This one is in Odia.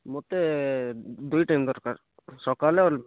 ମୋତେ ଦୁଇ ଟାଇମ୍ ଦରକାର୍ ସକାଲେ ଆର୍ ବେଲାକେ